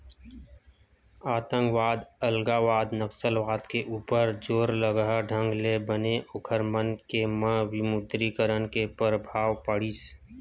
आंतकवाद, अलगावाद, नक्सलवाद के ऊपर जोरलगहा ढंग ले बने ओखर मन के म विमुद्रीकरन के परभाव पड़िस